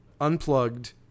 unplugged